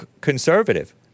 conservative